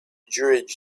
jurij